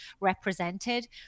represented